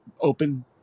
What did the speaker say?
Open